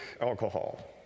alcohol